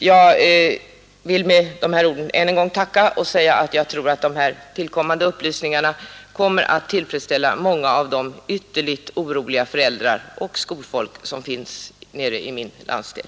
Jag vill med dessa ord än en gång tacka statsrådet. Jag tror att dessa kompletterande upplysningar kommer att tillfredsställa många av de ytterligt oroliga föräldrarna och skolfolket i min landsdel.